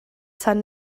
tan